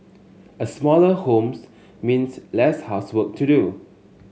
a smaller homes means less housework to do